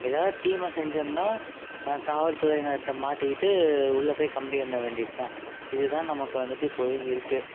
எதாவது தீமை செஞ்சோம்ன்னா காவல் துறையினர்ட்ட மாட்டிக்கிட்டு உள்ளே போய் கம்பி எண்ண வேண்டியதுதான் இதுதான் நமக்கு வந்துட்டு இப்போதைக்கி இருக்குது